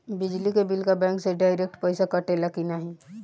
बिजली के बिल का बैंक से डिरेक्ट पइसा कटेला की नाहीं?